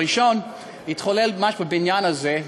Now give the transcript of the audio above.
הראשון התחולל ממש בבניין הזה,